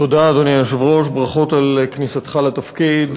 תודה, אדוני היושב-ראש, ברכות על כניסתך לתפקיד.